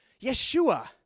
Yeshua